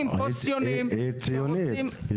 מגורמים פוסט ציוניים -- היא ציונית, היא ציונית.